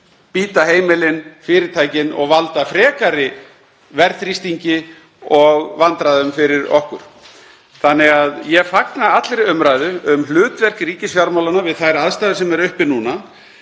bíta heimilin, fyrirtækin og valda frekari verðþrýstingi og vandræðum fyrir okkur. Ég fagna allri umræðu um hlutverk ríkisfjármálanna við þær aðstæður sem eru uppi núna.